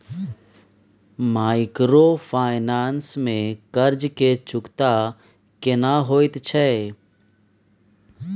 Microfinance में कर्ज के चुकता केना होयत छै?